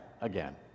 again